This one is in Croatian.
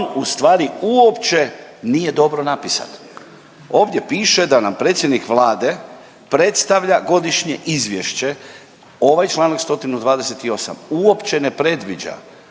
on u stvari uopće nije dobro napisan. Ovdje piše da nam predsjednik Vlade predstavlja godišnje izvješće. Ovaj čl. 128. uopće ne predviđa